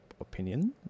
opinion